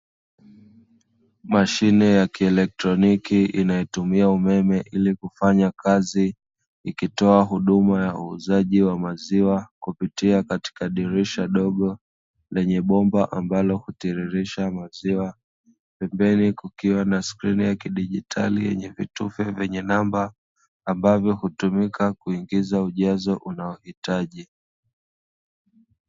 Mashine ya kieletroniki inayotumia umeme, ili kufanya kazi ikitoa huduma ya uuzaji wa maziwa kupitia katika dirisha dogo, lenye bomba ambalo hutiririsha maziwa, pembeni kukiwa na skrini ya kidigitali yenye vitufe vyenye namba ambavyo hutumika kuingiza ujazo unaohitaji.